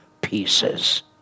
pieces